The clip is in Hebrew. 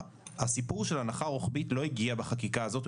הסיפור של הנחה רוחבית לא הגיע בחקיקה הזאת,